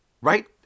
right